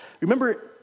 Remember